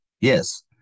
Yes